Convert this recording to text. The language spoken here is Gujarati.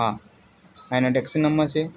હા એના ટેક્સી નંબર છે